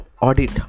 audit